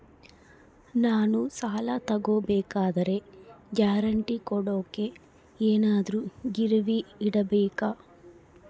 ನಾನು ಸಾಲ ತಗೋಬೇಕಾದರೆ ಗ್ಯಾರಂಟಿ ಕೊಡೋಕೆ ಏನಾದ್ರೂ ಗಿರಿವಿ ಇಡಬೇಕಾ?